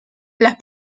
las